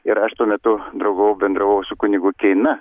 ir aš tuo metu draugavau bendravau su kunigu keina